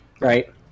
Right